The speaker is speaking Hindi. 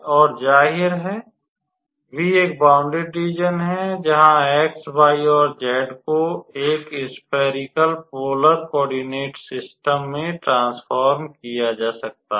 और जाहिर है वी एक बाउंडेड रीज़न है जहां x y और z को एक स्फेरिकल पोलर कोओर्डिनट सिस्टम में ट्रान्स्फ़ोर्म किया जा सकता है